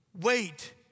Wait